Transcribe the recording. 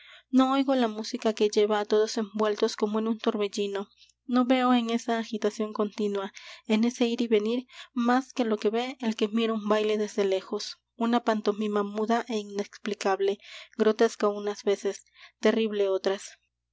no oigo la música que lleva á todos envueltos como en un torbellino no veo en esa agitación continua en ese ir y venir más que lo que ve el que mira un baile desde lejos una pantomima muda é inexplicable grotesca unas veces terrible otras